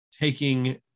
taking